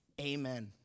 amen